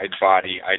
body